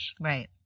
Right